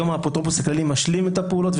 היום האפוטרופוס הכללי משלים את הפעולות,